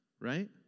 right